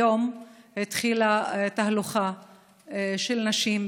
היום התחילה תהלוכה של נשים,